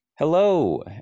Hello